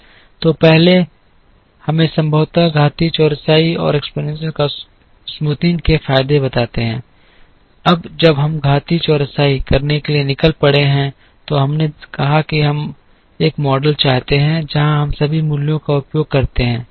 तो पहले हमें संभवतः घातीय चौरसाई के फायदे बताते हैं अब जब हम घातीय चौरसाई करने के लिए निकल पड़े हैं तो हमने कहा कि हम एक मॉडल चाहते हैं जहां हम सभी मूल्यों का उपयोग करते हैं